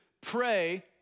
pray